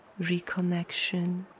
reconnection